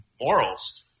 morals